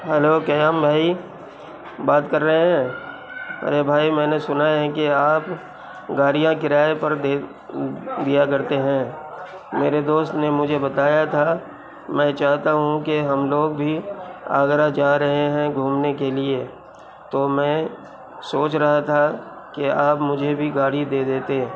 hello Qayam بھائی بات کر رہے ہیں ارے بھائی میں نے سنا ہے کہ آپ گاڑیاں کراے پر دیا کرتے ہیں میرے دوست نے مجھے بتایا تھا میں چاہتا ہوں کہ ہم لوگ بھی آگرہ جا رہے ہیں گھومنے کے لیے تو میں سوچ رہا تھا کہ آپ مجھے بھی گاڑی دے دیتے